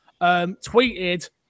tweeted